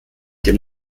dem